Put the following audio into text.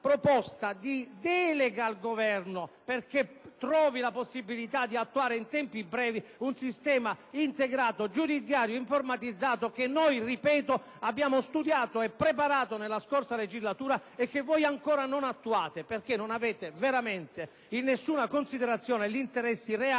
di delega al Governo finalizzata a trovare la possibilità di attuare in tempi brevi un sistema integrato giudiziario informatizzato che è stato da noi studiato e predisposto nella scorsa legislatura e che voi ancora non attuate perché non avete veramente in nessuna considerazione gli interessi reali